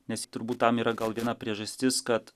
nes turbūt tam yra gal viena priežastis kad